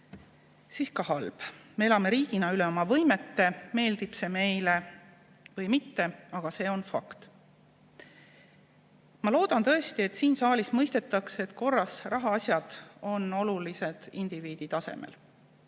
siis ka halb. Me elame riigina üle oma võimete, meeldib see meile või mitte, aga see on fakt. Ma loodan tõesti, et siin saalis mõistetakse, et korras rahaasjad on olulised indiviidi tasemel.